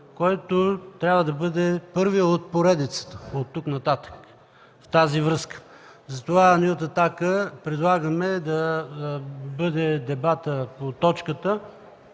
който трябва да бъде първият от поредицата от тук нататък в тази връзка. Затова ние от „Атака” предлагаме дебатът по точката